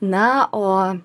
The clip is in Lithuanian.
na o